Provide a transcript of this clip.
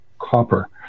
copper